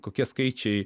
kokie skaičiai